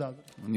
אם כך,